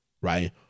right